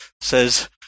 Says